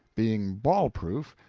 being ball-proof,